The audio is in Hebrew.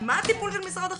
מה הטיפול של משרד החינוך?